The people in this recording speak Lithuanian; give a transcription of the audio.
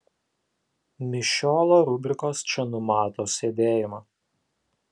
mišiolo rubrikos čia numato sėdėjimą